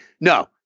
No